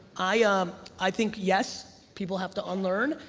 i ah um i think yes, people have to unlearn,